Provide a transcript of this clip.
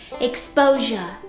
Exposure